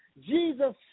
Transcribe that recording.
Jesus